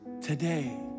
today